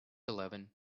eleven